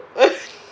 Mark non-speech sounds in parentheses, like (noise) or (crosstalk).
(laughs)